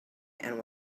and